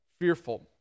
fearful